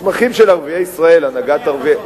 מסמכים של הנהגת ערביי ישראל.